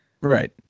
Right